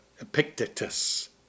Epictetus